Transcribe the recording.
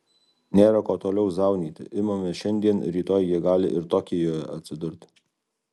nėra ko toliau zaunyti imame šiandien rytoj jie gali ir tokijuje atsidurti